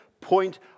point